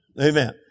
Amen